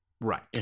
right